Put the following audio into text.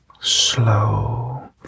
Slow